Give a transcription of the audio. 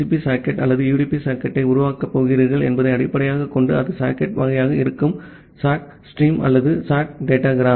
B socket அல்லது UDP சாக்கெட்டை உருவாக்கப் போகிறீர்களா என்பதை அடிப்படையாகக் கொண்டு அது சாக்கெட் வகையாக இருக்கும் சாக் ஸ்ட்ரீம் அல்லது சாக் டேடாகிராம்